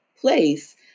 place